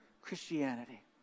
Christianity